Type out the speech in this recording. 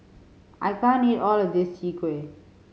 I can't eat all of this Chwee Kueh